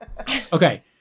Okay